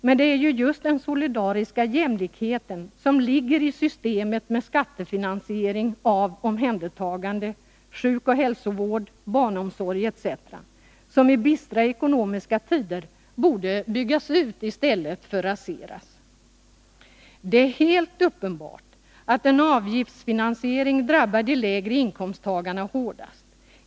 Men det är ju just det solidariska och jämlika systemet med skattefinansiering av omhändertagande, sjukoch hälsovård, barnomsorg etc. som i ekonomiskt sett bistra tider borde byggas ut i stället för att raseras. Det är helt uppenbart att en avgiftsfinansiering drabbar de lägre inkomsttagarna hårdast.